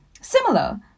similar